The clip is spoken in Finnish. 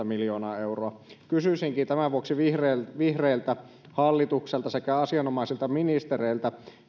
miljoonaa euroa kysyisinkin tämän vuoksi vihreiltä hallitukselta sekä asianomaisilta ministereiltä